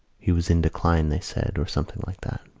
he was in decline, they said, or something like that.